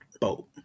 boat